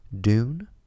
Dune